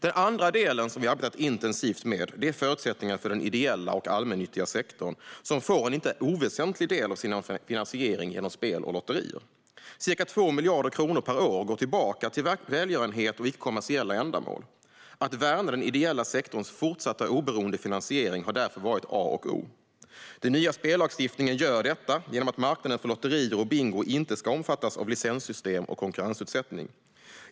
Den andra delen som vi har arbetat intensivt med är förutsättningarna för den ideella och allmännyttiga sektorn, som får en inte oväsentlig del av sin finansiering genom spel och lotterier. Ca 2 miljarder kronor per år går tillbaka till välgörenhet och icke-kommersiella ändamål. Att värna den ideella sektorns fortsatta oberoende finansiering har därför varit A och O. Den nya spellagstiftningen gör detta genom att marknaden för lotterier och bingo inte ska omfattas av licenssystem och konkurrensutsättning.